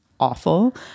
awful